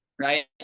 right